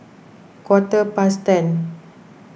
quarter past ten